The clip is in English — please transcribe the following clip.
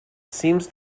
seems